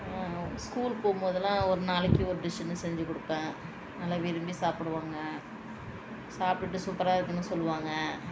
school போகும் போதுலாம் ஒரு நாளைக்கி ஒரு டிஸ்ஸுனு செஞ்சு கொடுப்பேன் நல்லா விரும்பி சாப்பிடுவாங்க சாப்பிடுட்டு சூப்பராக இருக்குதுன்னு சொல்லுவாங்க